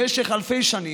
במשך אלפי שנים,